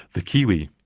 the kiwi.